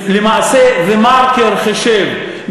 למעשה "דה-מרקר" חישב,